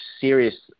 serious